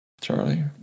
Charlie